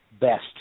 best